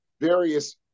various